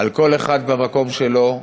כל אחד במקום שלו,